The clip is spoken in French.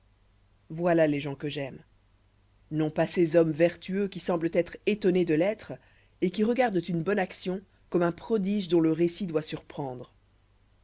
voilà les gens que j'aime non pas ces hommes vertueux qui semblent être étonnés de l'être et qui regardent une bonne action comme un prodige dont le récit doit surprendre